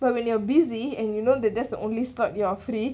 but when you're busy and you know that that's the only stop you are free